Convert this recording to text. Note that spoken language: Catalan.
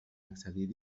accedir